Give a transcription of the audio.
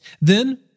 Then